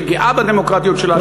שגאה בדמוקרטיה שלה,